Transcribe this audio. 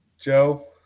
Joe